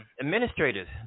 administrators